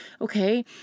okay